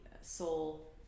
soul